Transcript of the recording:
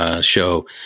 show